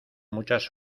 muchas